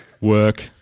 work